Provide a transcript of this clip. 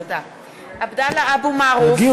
(קוראת בשמות חברי הכנסת) עבדאללה אבו מערוף,